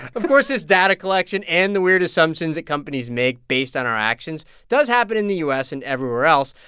of course this data collection and the weird assumptions that companies make based on our actions does happen in the u s. and everywhere else.